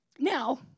Now